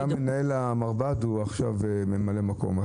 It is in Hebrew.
גם מנהל המרב"ד הוא עכשיו ממלא מקום.